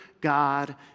God